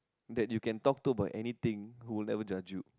that you can talk to about anything who'll never judge you